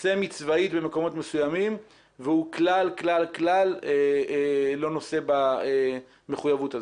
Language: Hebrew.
סמי צבאית במקומות מסוימים והוא כלל כלל כלל לא נושא במחויבות הזו.